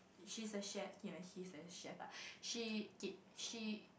she's a chef K he's the chef lah she K she